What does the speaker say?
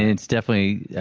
it's definitely,